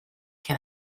can